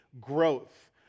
growth